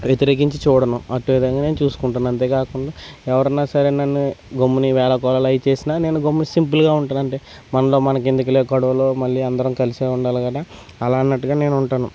వ్యతిరేకించి చూడను అట్టు విధంగానే చూసుకుంటున్న అంతే కాకుండా ఎవరైనా సరే నన్ను గమ్మునే వేళాకోళాలు అవి చేసిన నేను గమ్మునే సింపుల్గా ఉంటాను అండి మనలో మనకి ఎందుకులే గొడవలు మళ్ళీ అందరం కలిసే ఉండాలి కదా అలా అన్నట్టుగా నేను ఉంటాను